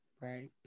right